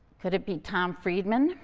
could it be tom friedman,